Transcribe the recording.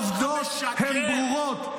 כי העובדות הן ברורות.